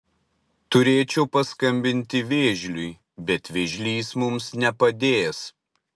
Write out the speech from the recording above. turėčiau paskambinti vėžliui bet vėžlys mums nepadės